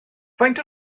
faint